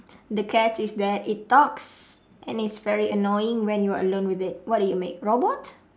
the catch is that it talks and it's very annoying when you're alone with it what do you make robot